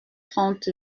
trente